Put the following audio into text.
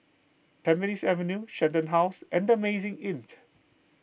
Tampines Avenue Shenton House and the Amazing Inn